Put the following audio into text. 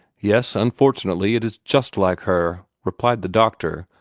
yes, unfortunately, it is just like her, replied the doctor,